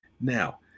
Now